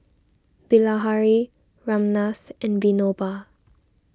Bilahari Ramnath and Vinoba